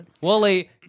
Wally